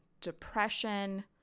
depression